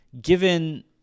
given